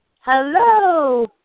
Hello